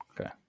okay